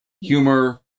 humor